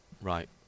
right